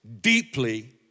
deeply